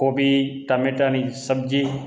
કોબી ટામેટાંની સબ્જી